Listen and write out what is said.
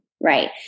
right